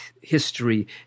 history